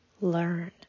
learn